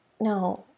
no